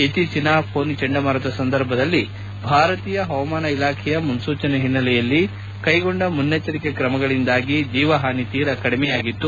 ಇತ್ತೀಚಿನ ಫೋನಿ ಚಂಡಮಾರುತ ಸಂದರ್ಭದಲ್ಲಿ ಭಾರತೀಯ ಹವಾಮಾನ ಇಲಾಖೆಯ ಮುನ್ನೂಚನೆ ಹಿನ್ನೆಲೆಯಲ್ಲಿ ಕೈಗೊಂಡ ಮುನ್ನೆಚ್ಚರಿಕೆ ಕ್ರಮಗಳಿಂದಾಗಿ ಜೀವಹಾನಿ ತೀರ ಕಡಿಮೆಯಾಗಿತ್ತು